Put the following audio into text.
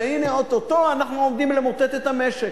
שהנה או-טו-טו אנחנו עומדים למוטט את המשק.